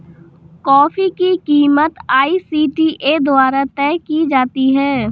coffee की कीमत ICTA द्वारा तय की जाती है